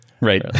right